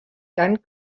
tant